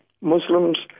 Muslims